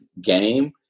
game